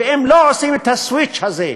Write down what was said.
ואם לא עושים את הסוויץ' הזה,